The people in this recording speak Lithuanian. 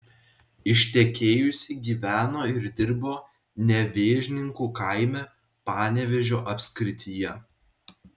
ištekėjusi gyveno ir dirbo nevėžninkų kaime panevėžio apskrityje